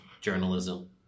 journalism